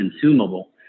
consumable